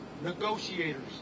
Negotiators